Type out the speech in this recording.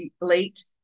late